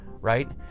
right